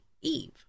Eve